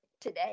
today